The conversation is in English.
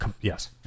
yes